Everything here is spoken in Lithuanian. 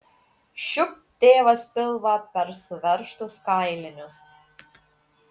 šiupt tėvas pilvą per suveržtus kailinius